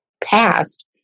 past